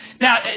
Now